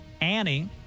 Annie